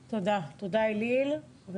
תודה, אילאיל.